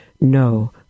no